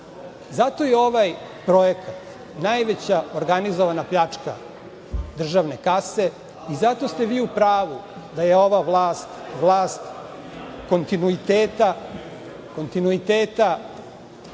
Zato je ovaj projekat najveća organizovana pljačka državne kase i zato ste vi u pravu da je ova vlast vlast kontinuiteta,